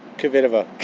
kvitova.